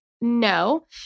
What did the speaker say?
No